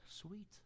Sweet